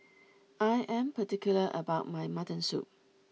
I am particular about my Mutton Soup